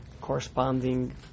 corresponding